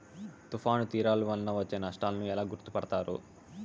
తుఫాను తీరాలు వలన వచ్చే నష్టాలను ఎలా గుర్తుపడతారు?